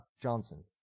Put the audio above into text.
Johnson